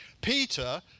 Peter